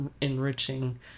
enriching